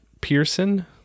Pearson